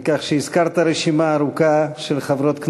על כך שהזכרת רשימה ארוכה של חברות כנסת,